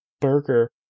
burger